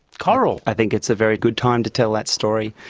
coral. i think it's a very good time to tell that story.